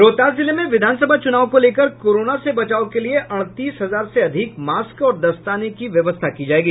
रोहतास जिले में विधानसभा चुनाव को लेकर कोरोना से बचाव के लिये अड़तीस हजार से अधिक मास्क और दस्ताने की व्यवस्था की जायेगी